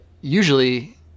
usually